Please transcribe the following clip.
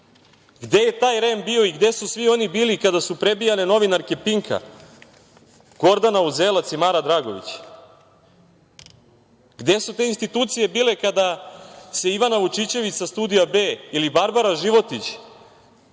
Gde je taj REM bio i gde su svi oni bili kada su prebijane novinarke Pinka Gordana Uzelac i Mara Dragović? Gde su te institucije bile kada se Ivana Vučićević sa Studija B ili Barbara Životić